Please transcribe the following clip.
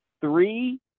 three